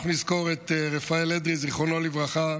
אנחנו נזכור את רפאל אדרי, זיכרונו לברכה,